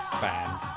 band